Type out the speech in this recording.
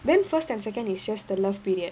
then first and second is just the love period